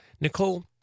Nicole